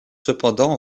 cependant